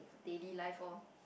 daily life oh